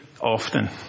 often